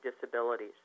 disabilities